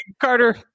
Carter